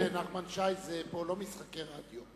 חבר הכנסת נחמן שי, פה זה לא משחקי רדיו.